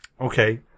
Okay